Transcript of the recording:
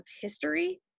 history